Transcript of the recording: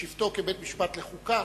בשבתו כבית-משפט לחוקה,